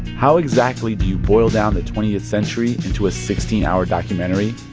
how exactly do you boil down the twentieth century into a sixteen hour documentary?